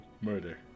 murder